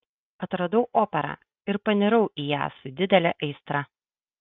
atradau operą ir panirau į ją su didele aistra